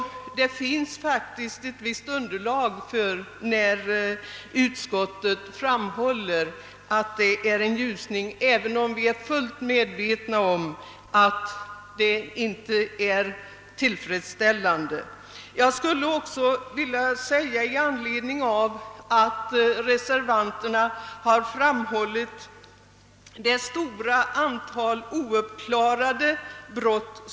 Det finns faktiskt ett visst underlag när utskottet framhåller att det är en ljusning, även om vi är fullt medvetna om att förhållandena inte är tillfredsställande. Jag skulle också vilja säga några ord med anledning av att reservanterna har framhållit att vi har ett stort antal ouppklarade brott.